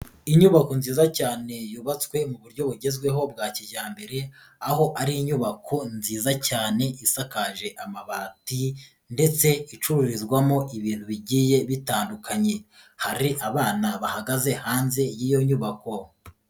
Inyubako nziza cyane yubatswe mu buryo bugezweho bwa kijyambere, aho ari inyubako nziza cyane isakaje amabati ndetse icururizwamo ibintu bigiye bitandukanye. Hari abana bahagaze hanze y'iyo nyubako.